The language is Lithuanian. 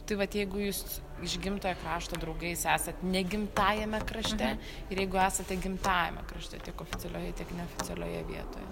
tai vat jeigu jūs iš gimtojo krašto draugais esat ne gimtajame krašte ir jeigu esate gimtajame krašte tiek oficialioje tiek neoficialioje vietoje